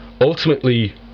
ultimately